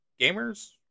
Gamers